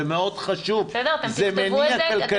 זה מאוד חשוב, זה מניע כלכלי.